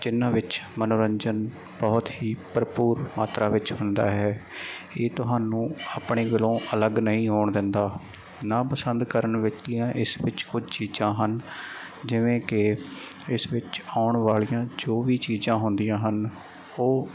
ਜਿਨ੍ਹਾਂ ਵਿੱਚ ਮਨੋਰੰਜਨ ਬਹੁਤ ਹੀ ਭਰਪੂਰ ਮਾਤਰਾ ਵਿੱਚ ਹੁੰਦਾ ਹੈ ਇਹ ਤੁਹਾਨੂੰ ਆਪਣੇ ਕੋਲੋਂ ਅਲੱਗ ਨਹੀਂ ਹੋਣ ਦਿੰਦਾ ਨਾ ਪਸੰਦ ਕਰਨ ਵਿੱਚ ਜਾਂ ਇਸ ਵਿੱਚ ਕੁਝ ਚੀਜ਼ਾਂ ਹਨ ਜਿਵੇਂ ਕਿ ਇਸ ਵਿੱਚ ਆਉਣ ਵਾਲੀਆਂ ਜੋ ਵੀ ਚੀਜ਼ਾਂ ਹੁੰਦੀਆਂ ਹਨ ਉਹ